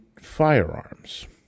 firearms